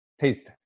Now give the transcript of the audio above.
taste